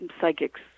psychics